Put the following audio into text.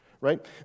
right